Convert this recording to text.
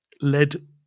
led